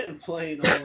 playing